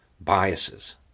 biases